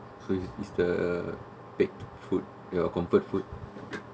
so is the baked food your comfort food